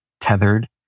tethered